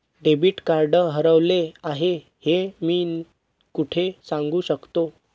Debit card हरवले आहे हे मी कोठे सांगू शकतो?